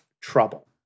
trouble